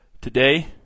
Today